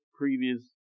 Previous